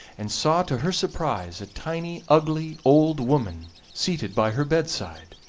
and saw to her surprise a tiny, ugly old woman seated by her bedside,